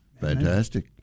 Fantastic